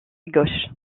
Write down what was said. gauche